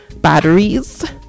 batteries